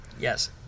Yes